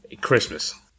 Christmas